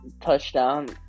touchdown